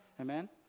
amen